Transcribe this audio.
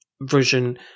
version